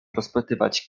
rozpytywać